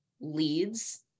leads